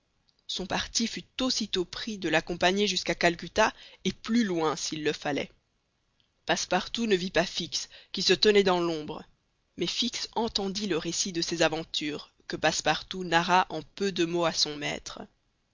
son parti fut aussitôt pris de l'accompagner jusqu'à calcutta et plus loin s'il le fallait passepartout ne vit pas fix qui se tenait dans l'ombre mais fix entendit le récit de ses aventures que passepartout narra en peu de mots à son maître